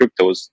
cryptos